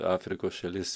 afrikos šalis